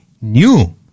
new